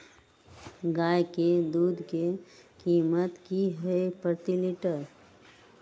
गाय के दूध के कीमत की हई प्रति लिटर?